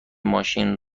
ماشین